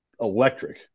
electric